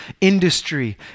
industry